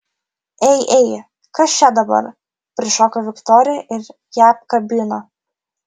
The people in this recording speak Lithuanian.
ei ei kas čia dabar prišoko viktorija ir ją apkabino